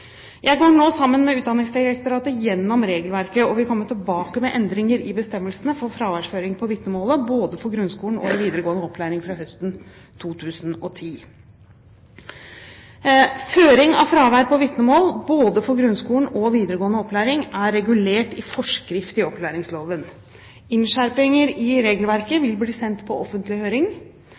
Jeg går nå sammen med Utdanningsdirektoratet igjennom regelverket og vil komme tilbake med endringer i bestemmelsene for fraværsføring på vitnemål, både for grunnskolen og i videregående opplæring, fra høsten 2010. Føring av fravær på vitnemål, både for grunnskolen og videregående opplæring, er regulert i forskrift i opplæringsloven. Innskjerpinger i regelverket vil bli sendt på offentlig høring.